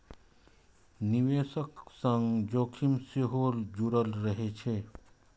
निवेशक संग जोखिम सेहो जुड़ल रहै छै